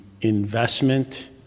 investment